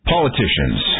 Politicians